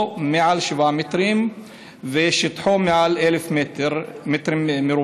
מעל שבעה מטרים ושטחו מעל 1,000 מטרים מרובעים,